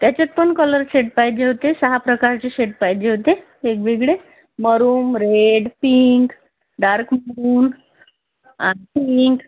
त्याच्यात पण colour shade पाहिजे होते सहा प्रकारचे शेड पाहिजे होते वेगवेगळे maroon red pink dark maroon आ पिंक